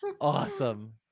Awesome